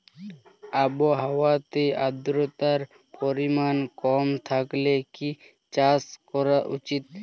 আবহাওয়াতে আদ্রতার পরিমাণ কম থাকলে কি চাষ করা উচিৎ?